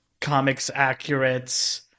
comics-accurate